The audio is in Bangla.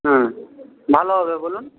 হুম ভালো হবে বলুন